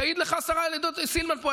תעיד לך השרה סילמן פה.